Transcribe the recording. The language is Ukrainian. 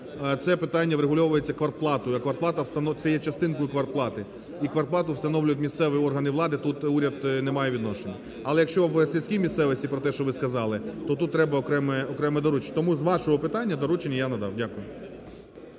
це питання врегульовується квартплатою, це є частинкою квартплати і квартплату встановлюють місцеві органи влади, тут уряд не має відношення. Але, якщо в сільській місцевості про те, що ви сказали, то тут треба окреме доручення. Тому з вашого питання доручення я надам. Дякую.